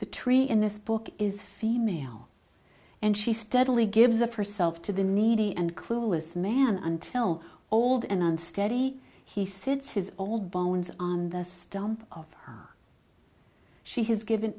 the tree in this book is female and she steadily gives of herself to the needy and clueless man until all the and unsteady he sits is all bones on the stump of her she has given